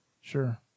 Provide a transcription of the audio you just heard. Sure